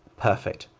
perfect.